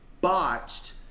botched